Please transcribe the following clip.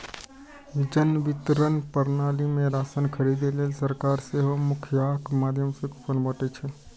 जन वितरण प्रणाली मे राशन खरीदै लेल सरकार सेहो मुखियाक माध्यम सं कूपन बांटै छै